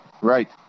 Right